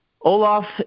Olaf